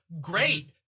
great